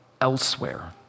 Elsewhere